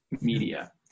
media